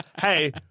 Hey